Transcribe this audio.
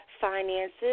finances